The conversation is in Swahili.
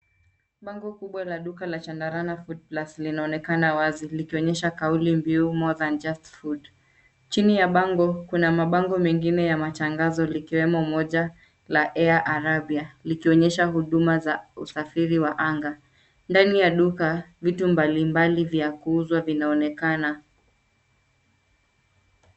Bango kubwa la duka la chandarana food plus linaonekana wazi likionyesha kaulimbiliu, more than just food. Chini ya bango kuna mabango mengine ya matangazo likiwemo moja la, air arabia likionyesha huduma za usafiri wa anga. Ndani ya duka vitu mbalimbali vya kuuzwa vinaonekana.